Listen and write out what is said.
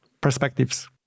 perspectives